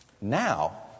Now